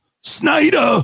Snyder